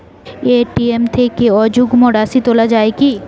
ATM থেকে অযুগ্ম রাশি তোলা য়ায় কি?